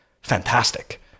Fantastic